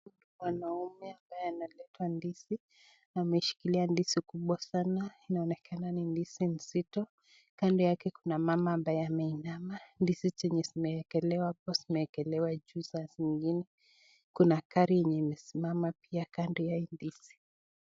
Mwanaume ambaye ameleta ndizi, ameshikilia ndizi kubwa sana inaonekana ni ndizi mzito. Kando yake kuna mama ambaye ameinama. Ndizi zenye zimeekelewa apo zimekelewa juu za zingine, kuna gari yenye imesimama pia kando ya hii ndizi.